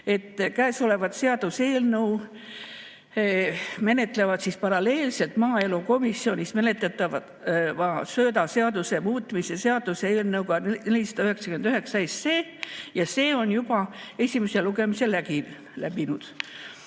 et käesolevat seaduseelnõu menetletakse paralleelselt maaelukomisjonis menetletava söödaseaduse muutmise seaduse eelnõuga 499 ja see on juba esimese lugemise läbinud.